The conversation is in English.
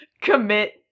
commit